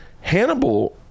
Hannibal